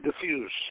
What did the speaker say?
diffuse